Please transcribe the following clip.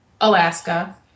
Alaska